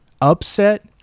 upset